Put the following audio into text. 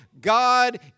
God